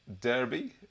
Derby